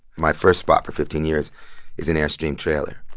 my first spot for fifteen years is an airstream trailer.